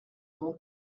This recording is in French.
avons